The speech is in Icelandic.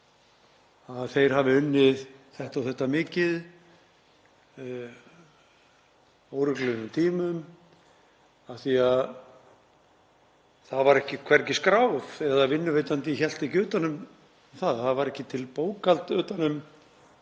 að þeir hafi unnið þetta og þetta mikið af óreglulegum tímum af því að það var hvergi skráð, eða vinnuveitandi hélt ekki utan um það, það var ekki til bókhald utan um